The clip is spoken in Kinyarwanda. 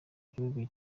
gihugu